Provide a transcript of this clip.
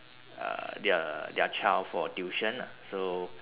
uh their their child for tuition lah so